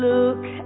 Look